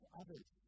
others